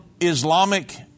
Islamic